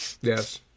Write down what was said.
Yes